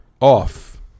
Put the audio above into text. off